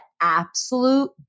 absolute